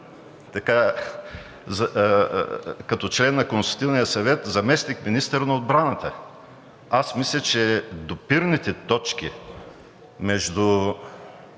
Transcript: като член на Консултативния съвет заместник-министър на отбраната. Аз мисля, че допирните точки между